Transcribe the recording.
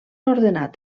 ordenat